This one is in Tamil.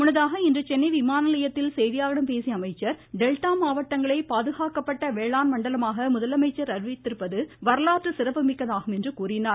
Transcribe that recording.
முன்னதாக இன்று சென்னை விமானநிலையத்தில் செய்தியாளர்களிடம் பேசிய அமைச்சர் டெல்டா மாவட்டங்களை பாதுகாக்கப்பட்ட வேளாண்மண்டலமாக முதலமைச்சர் அறிவிததிருப்பது வரலாற்று சிறப்புமிக்கதாகும் என்றார்